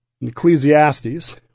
Ecclesiastes